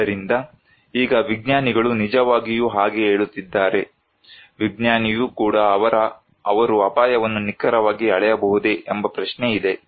ಆದ್ದರಿಂದ ಈಗ ವಿಜ್ಞಾನಿಗಳು ನಿಜವಾಗಿಯೂ ಹಾಗೆ ಹೇಳುತ್ತಿದ್ದರೆ ವಿಜ್ಞಾನಿಯೂ ಕೂಡ ಅವರು ಅಪಾಯವನ್ನು ನಿಖರವಾಗಿ ಅಳೆಯಬಹುದೇ ಎಂಬ ಪ್ರಶ್ನೆ ಇದೆ